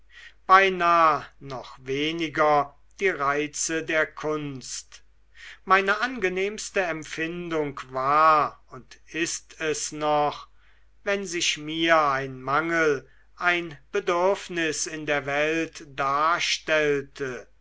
beinah noch weniger die reize der kunst meine angenehmste empfindung war und ist es noch wenn sich mir ein mangel ein bedürfnis in der welt darstellte